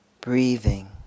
breathing